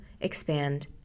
expand